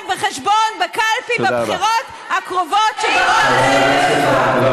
חשבון בקלפי בבחירות הקרובות שבאות עלינו לטובה.